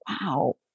wow